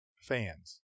fans